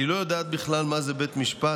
אני לא יודעת בכלל מה זה בית משפט,